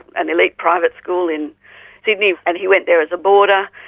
an elite private school in sydney and he went there as a boarder.